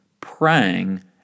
praying